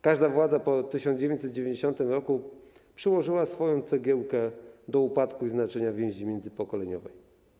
Każda władza po 1990 r. dołożyła swoją cegiełkę do upadku znaczenia więzi międzypokoleniowej.